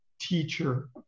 teacher